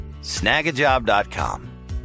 Snagajob.com